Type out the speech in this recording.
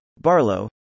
Barlow